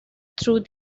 through